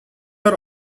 are